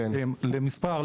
למספר,